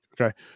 Okay